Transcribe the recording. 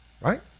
Right